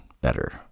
better